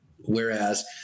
Whereas